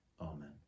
Amen